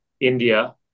India